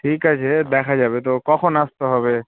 ঠিক আছে দেখা যাবে তো কখন আসতে হবে